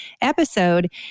episode